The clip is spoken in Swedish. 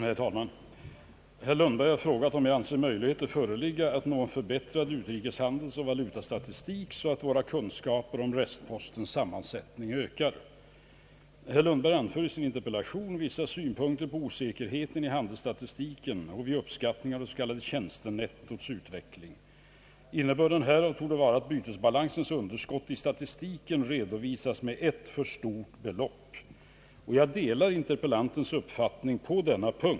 Herr talman! Herr Lundberg har frågat mig, om jag anser möjligheter föreligga att nå en förbättrad utrikeshandelsoch valutastatistik, så att våra kunskaper om den s.k. restpostens sammansättning ökar. Herr Lundberg anför i sin interpellation vissa synpunkter på osäkerheten i handelsstatistiken och vid uppskattningen av det s.k. tjänstenettots utveckling. Innebörden härav torde vara att bytesbalansens underskott i statistiken redovisas med ett för stort belopp. Jag delar interpellantens uppfattning på denna punkt.